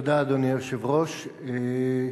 אדוני היושב-ראש, תודה,